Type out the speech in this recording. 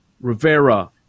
Rivera